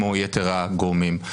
כמו יתר הגורמים.